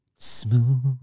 smooth